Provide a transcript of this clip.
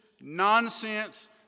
nonsense